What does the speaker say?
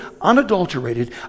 unadulterated